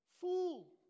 fool